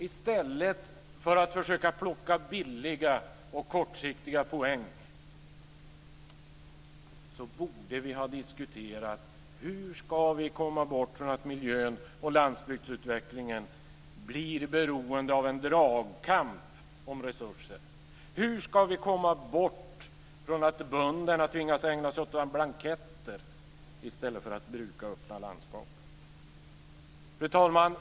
I stället för att försöka plocka billiga och kortsiktiga poäng borde vi ha diskuterat hur vi ska komma bort från att miljön och landsbygdsutvecklingen blir beroende av en dragkamp om resurser. Hur ska vi komma bort från att bönderna tvingas att ägna sig åt blanketter i stället för att bruka öppna landskap? Fru talman!